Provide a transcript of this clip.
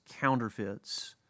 counterfeits